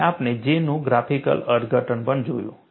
અને આપણે J નું ગ્રાફિકલ અર્થઘટન પણ જોયું